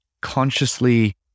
consciously